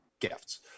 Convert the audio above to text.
Gifts